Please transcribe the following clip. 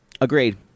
Agreed